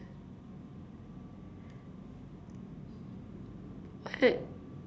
I